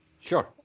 Sure